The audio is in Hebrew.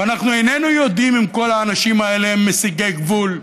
ואנחנו איננו יודעים אם כל האנשים האלה הם מסיגי גבול,